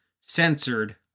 censored